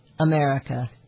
America